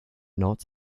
not